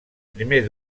primer